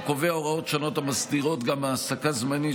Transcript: הוא קובע הוראות שונות המסדירות גם ההעסקה זמנית